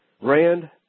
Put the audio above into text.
Rand